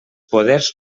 poders